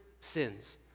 sins